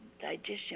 Digestion